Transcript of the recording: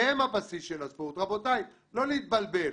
שהן הבסיס של הספורט, רבותיי, לא להתבלבל,